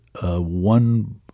one